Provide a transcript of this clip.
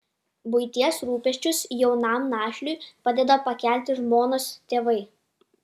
buities rūpesčius jaunam našliui padeda pakelti žmonos tėvai